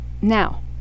now